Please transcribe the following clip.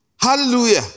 Hallelujah